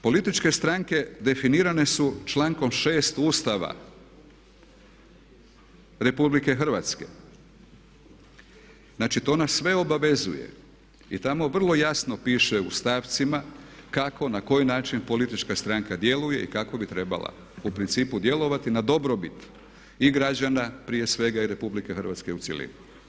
Političke stranke definirane su člankom 6. Ustava Republike Hrvatske, znači to nas sve obavezuje i tamo vrlo jasno piše u stavcima kako i na koji način politička stranka djeluje i kako bi trebala u principu djelovati na dobrobit i građana prije svega i RH u cjelini.